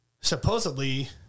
supposedly